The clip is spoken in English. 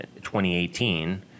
2018